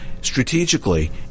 strategically